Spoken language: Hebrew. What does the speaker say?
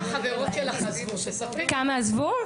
כמה עזבו?